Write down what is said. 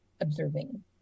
observing